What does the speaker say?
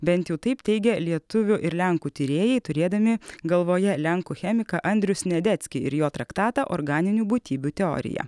bent jau taip teigia lietuvių ir lenkų tyrėjai turėdami galvoje lenkų chemiką andrių sniadeckį ir jo traktatą organinių būtybių teorija